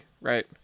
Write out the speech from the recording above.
right